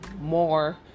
more